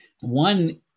One